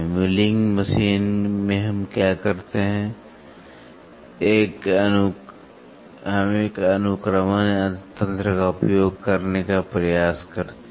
milling machine में हम क्या करते हैं कि हम एक अनुक्रमण तंत्र का उपयोग करने का प्रयास करते हैं